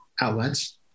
outlets